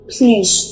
Please